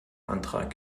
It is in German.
antrag